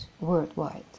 worldwide